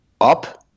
up